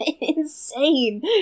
insane